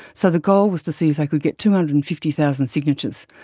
so the goal was to see if they could get two hundred and fifty thousand signatures.